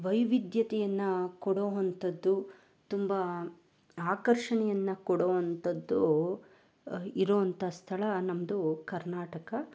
ವೈವಿಧ್ಯತೆಯನ್ನು ಕೊಡೋಂಥದ್ದು ತುಂಬ ಆಕರ್ಷಣೆಯನ್ನು ಕೊಡುವಂಥದ್ದು ಇರೋಂಥ ಸ್ಥಳ ನಮ್ಮದು ಕರ್ನಾಟಕ